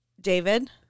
David